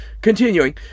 Continuing